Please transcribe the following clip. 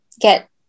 get